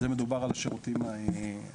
זה מדבר על השירותים הנלווים.